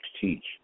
teach